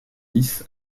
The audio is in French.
dix